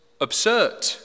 Absurd